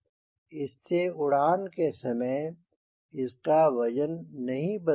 इस से उड़ान के समय इसका वजन नहीं बदलता है